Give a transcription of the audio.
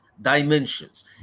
dimensions